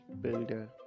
Builder